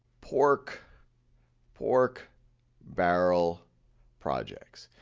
pork pork barrel projects.